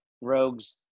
Rogue's